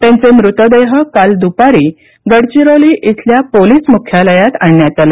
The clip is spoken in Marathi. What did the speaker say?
त्यांचे मृतदेह काल दुपारी गडचिरोली इथल्या पोलिस मुख्यालयात आणण्यात आले